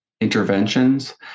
interventions